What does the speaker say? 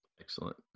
Excellent